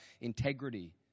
integrity